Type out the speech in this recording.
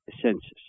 senses